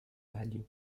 value